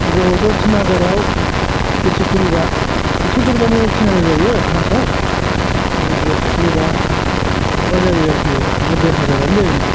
अब्लाबोथ' तिन हाजाराव देरस' खरिबा एक्स'फोरबानो थिन हाजार जायो मासाव होनबा देरस' खरिबा माबा जायो आरखि सानबा देर हाजारानो जायोमोन